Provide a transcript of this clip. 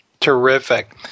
Terrific